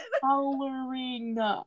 Coloring